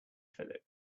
phillip